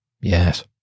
yes